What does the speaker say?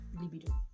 libido